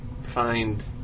find